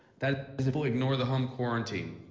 that is if we ignore the home quarantine.